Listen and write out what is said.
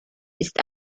ist